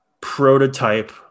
prototype